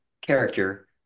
character